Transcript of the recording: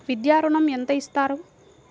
విద్యా ఋణం ఎంత ఇస్తారు?